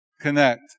Connect